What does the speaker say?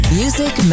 music